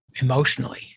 emotionally